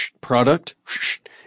product